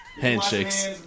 Handshakes